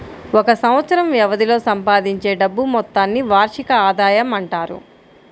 ఒక సంవత్సరం వ్యవధిలో సంపాదించే డబ్బు మొత్తాన్ని వార్షిక ఆదాయం అంటారు